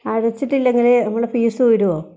അടച്ചിട്ടില്ലെങ്കില് നമ്മുടെ ഫ്യൂസ് ഊരുമോ